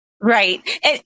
Right